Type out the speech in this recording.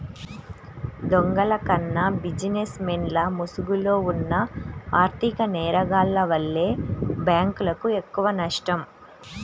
దొంగల కన్నా బిజినెస్ మెన్ల ముసుగులో ఉన్న ఆర్ధిక నేరగాల్ల వల్లే బ్యేంకులకు ఎక్కువనష్టం